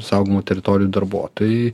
saugomų teritorijų darbuotojai